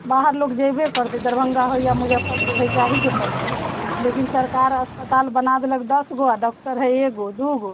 बाहर लोग जयबे करतै दरभङ्गा होइ या मुजफ्फरपुर हइ जाहीँके पड़तै लेकिन सरकार अस्पताल बना देलक दशगो आ डॉक्टर हइ एगो दूगो